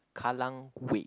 Kallang Wave